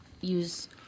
use